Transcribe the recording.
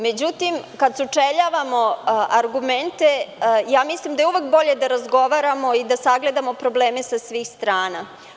Međutim, kada sučeljavamo argumente, mislim da je uvek bolje da razgovaramo i da sagledamo probleme sa svih strana.